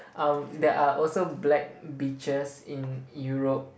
um there are also black beaches in Europe